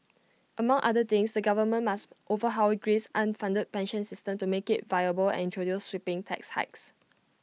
among other things the government must overhaul Greece's underfunded pension system to make IT viable and introduce sweeping tax hikes